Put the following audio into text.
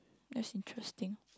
that's interesting